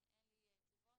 אין לי תשובות,